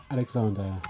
Alexander